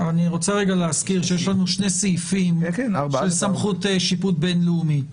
אני רוצה להזכיר שיש לנו שני סעיפים של סמכות שיפוט בינלאומית.